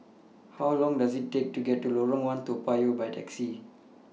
How Long Does IT Take to get to Lorong one Toa Payoh By Taxi